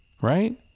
right